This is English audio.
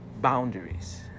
boundaries